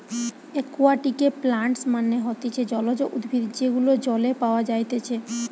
একুয়াটিকে প্লান্টস মানে হতিছে জলজ উদ্ভিদ যেগুলো জলে পাওয়া যাইতেছে